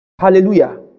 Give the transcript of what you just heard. Hallelujah